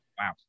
wow